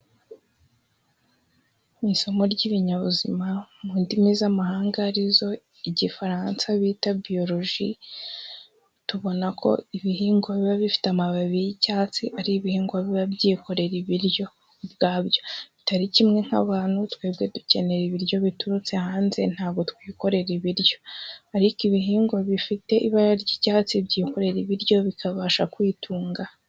Ni isomo ry'ibinyabuzima mu ndimi z'amahanga arizo igifaransa bita ''Biologie'', tubona ko ibihingwa biba bifite amababi y'icyatsi ari ibihingwa biba byikorera ibiryo ubwabyo, bitari kimwe nk'abantu twebwe dukenera ibiryo biturutse hanze ntabwo twikorera ibiryo, ariko ibihingwa bifite ibara ry'icyatsi byikorera ibiryo bikabasha kwitunga.